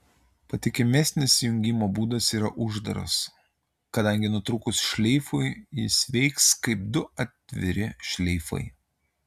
patikimesnis jungimo būdas yra uždaras kadangi nutrūkus šleifui jis veiks kaip du atviri šleifai